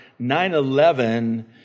9-11